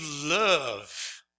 love